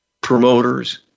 promoters